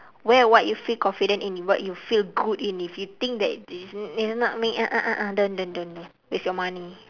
wear what you feel confident in what you feel good in if you think that it's it's not me uh uh uh don't don't don't don't waste your money